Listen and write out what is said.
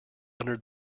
under